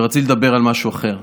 רציתי לדבר על משהו אחר,